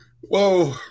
Whoa